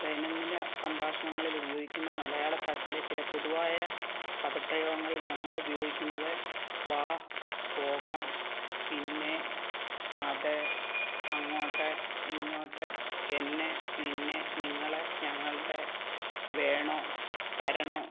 ദൈനംദിന സംഭാഷണങ്ങളിൽ ഉപയോഗിക്കുന്ന മലയാള ഭാഷയിലെ ചില പൊതുവായ പദ പ്രയോഗങ്ങൾ ഞങ്ങൾ ഉപയോഗിക്കുന്നത് വാ പോകാം പിന്നെ അത് അങ്ങോട്ട് ഇങ്ങോട്ട് എന്നെ നിന്നെ നിങ്ങളെ ഞങ്ങളുടെ വേണോ തരണോ